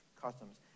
customs